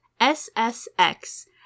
SSX